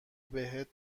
بهت